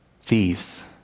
Thieves